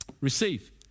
Receive